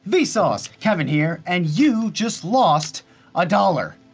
vsauce! kevin here and you just lost a dollar.